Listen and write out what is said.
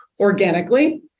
organically